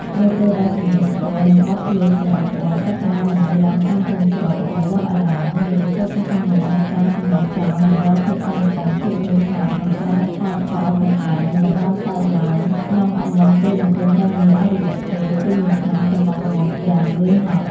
នៅពេលដែលសម្លេងស្គរ និងបទភ្លេងចម្រុះពណ៌ចាប់ផ្តើមបន្លឺឡើងតាមភូមិស្រុក ឬវត្តអារាម វាក៏ជាសញ្ញានៃការជម្រុះចោលនូវរាល់ភាពតានតឹង ភាពហត់នឿយ និងការខ្វាយខ្វល់ទាំងឡាយដែលបានកើតមានឡើងក្នុងអំឡុងពេលបំពេញការងារអស់រយៈពេលពេញមួយឆ្នាំកន្លងមកយ៉ាងនឿយហត់។